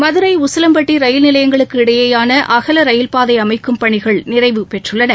மதுரை உசிலம்பட்டி ரயில் நிலையங்களுக்கு இடையேயான அகல ரயில்பாதை அமைக்கும் பணிகள் நிறைவு பெற்றுள்ளன